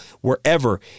wherever